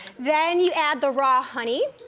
then you add the raw honey,